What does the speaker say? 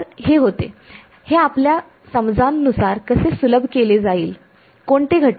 तर हे होते हे आपल्या समजां नुसार कसे सुलभ केले जाईल कोणते घटक